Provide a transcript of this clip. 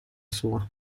sua